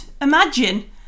imagine